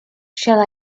shall